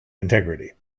integrity